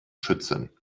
schützen